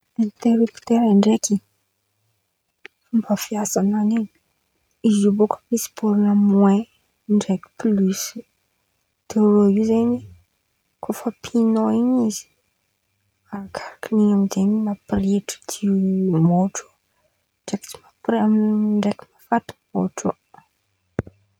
Interiopitera ndraiky fômba fiasan̈any in̈y izy bôka misy bôrno moin ndraiky pliosy de irô io zen̈y kô fa pihin̈ao in̈y izy, arakaraka in̈y amizay mampirehitry jiro-môtro ndraiky tsy mampirem- mafaty môtro.